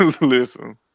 listen